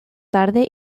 tarde